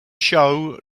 show